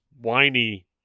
whiny